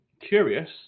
curious